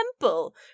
temple